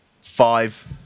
five